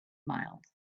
miles